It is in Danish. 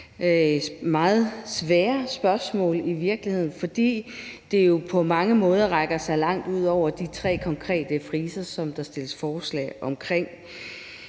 meget svære spørgsmål, fordi det jo på mange måder strækker sig langt ud over de tre konkrete friser, som der stilles forslag om.